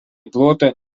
plotą